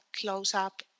close-up